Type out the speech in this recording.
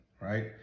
right